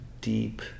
deep